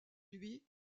lui